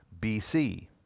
BC